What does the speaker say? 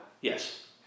Yes